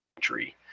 tree